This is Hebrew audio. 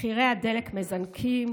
מחירי הדלק מזנקים,